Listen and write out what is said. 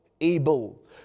able